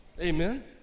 Amen